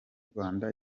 rwanda